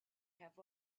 have